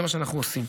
זה מה שאנחנו עושים.